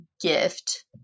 gift